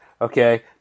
Okay